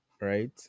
Right